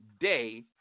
day